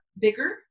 bigger